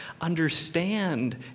understand